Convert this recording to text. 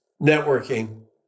networking